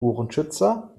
ohrenschützer